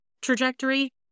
trajectory